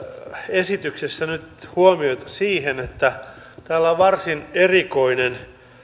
esityksessä nyt huomiota siihen että täällä on varsin erikoinen